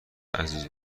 عزیز